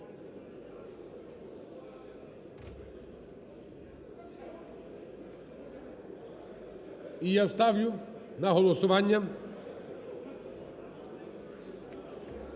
і я ставлю на голосування